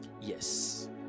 Yes